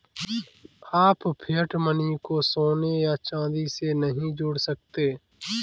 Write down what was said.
आप fiat money को सोने या चांदी से नहीं जोड़ सकते